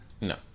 No